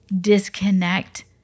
disconnect